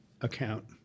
account